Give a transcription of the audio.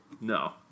No